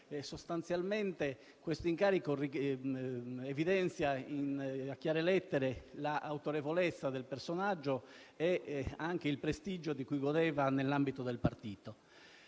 questo incarico evidenzia a chiare lettere l'autorevolezza del personaggio nonché il prestigio di cui godeva nell'ambito del partito.